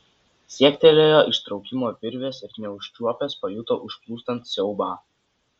siektelėjo ištraukimo virvės ir neužčiuopęs pajuto užplūstant siaubą